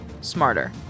smarter